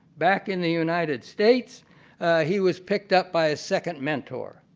back in the united states he was picked up by a second mentor.